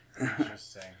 interesting